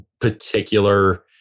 particular